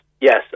yes